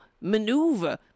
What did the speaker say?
maneuver